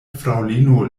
fraŭlino